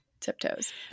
Tiptoes